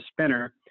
spinner